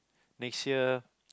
next year